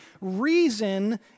reason